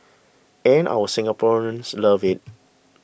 and our Singaporeans love it